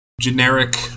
generic